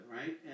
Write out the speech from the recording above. right